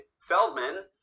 Feldman